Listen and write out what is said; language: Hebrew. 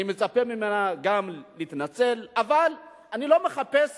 אני מצפה ממנה להתנצל, אבל אני לא מחפש